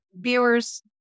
viewers